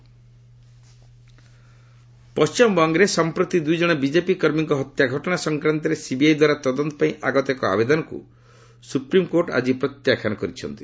SC CBI probe ପଶ୍ଚିମବଙ୍ଗରେ ସଂପ୍ରତି ଦୁଇଜଣ ବିଜେପି କର୍ମୀଙ୍କ ହତ୍ୟା ଘଟଣା ସଂକ୍ରାନ୍ତରେ ସିବିଆଇ ଦ୍ୱାରା ତଦନ୍ତ ପାଇଁ ଆଗତ ଏକ ଆବେଦନକୁ ସୁପ୍ରିମକୋର୍ଟ ଆଜି ପ୍ରତ୍ୟାଖ୍ୟାନ କରିଛନ୍ତି